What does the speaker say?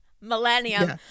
millennium